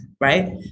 right